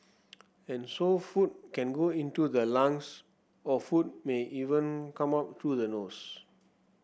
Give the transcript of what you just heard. and so food can go into the lungs or food may even come up through the nose